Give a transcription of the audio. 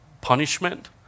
punishment